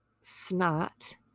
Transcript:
snot